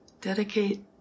Dedicate